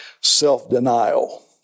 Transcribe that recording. self-denial